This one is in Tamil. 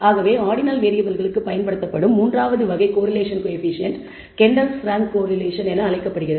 ஆகவே ஆர்டினல் வேறியபிள்களுக்குப் பயன்படுத்தப்படும் மூன்றாவது வகை கோரிலேஷன் கோயபிசியன்ட் கெண்டலின்kendall's ரேங்க் கோரிலேஷன் என அழைக்கப்படுகிறது